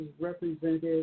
represented